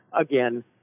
again